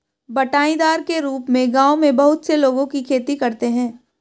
बँटाईदार के रूप में गाँवों में बहुत से लोगों की खेती करते हैं